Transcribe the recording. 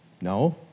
No